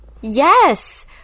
Yes